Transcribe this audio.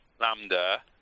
Lambda